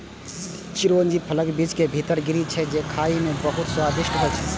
चिरौंजी फलक बीज के भीतर गिरी छियै, जे खाइ मे बहुत स्वादिष्ट होइ छै